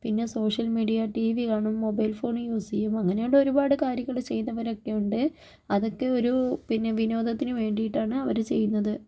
പിന്നെ social media T V കാണും mobile phone use ചെയ്യും അങ്ങനെയുള്ള ഒരുപാട് കാര്യങ്ങള് ചെയ്യുന്നവരൊക്കെയുണ്ട് അതൊക്കെ ഒരു പിന്നെ വിനോദത്തിന് വേണ്ടിയിട്ടാണ് അവര് ചെയ്യുന്നത്